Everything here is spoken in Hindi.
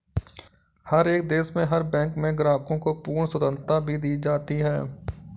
हर एक देश में हर बैंक में ग्राहकों को पूर्ण स्वतन्त्रता भी दी जाती है